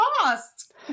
cost